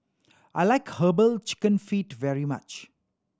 I like Herbal Chicken Feet very much